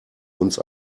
uns